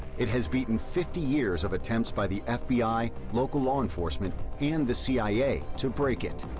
it has beaten fifty years of attempts by the fbi, local law enforcement, and the cia to break it.